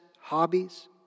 hobbies